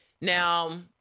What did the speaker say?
Now